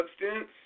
substance